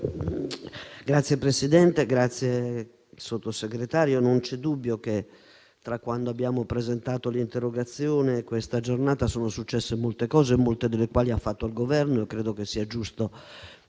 Signor Presidente, signor Sottosegretario, non vi è dubbio che tra il momento in cui abbiamo presentato l'interrogazione e questa giornata sono successe molte cose, molte delle quali fatte dal Governo e credo che sia giusto